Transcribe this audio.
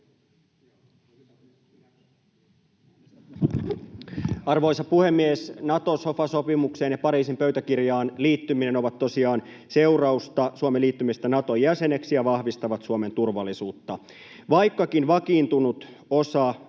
Arvoisa puhemies! Nato-sofa-sopimukseen ja Pariisin pöytäkirjaan liittyminen on tosiaan seurausta Suomen liittymisestä Naton jäseneksi ja vahvistaa Suomen turvallisuutta. Vaikkakin vakiintunut osa